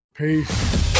Peace